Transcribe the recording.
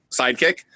sidekick